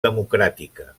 democràtica